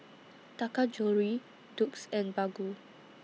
Taka Jewelry Doux and Baggu